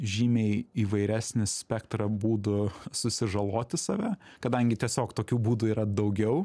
žymiai įvairesnį spektrą būdų susižaloti save kadangi tiesiog tokių būdų yra daugiau